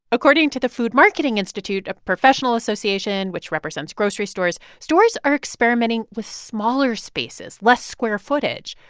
according to the food marketing institute, a professional association which represents grocery stores, stores are experimenting with smaller spaces, less square footage.